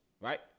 right